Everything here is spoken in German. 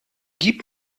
gib